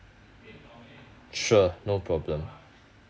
sure no problem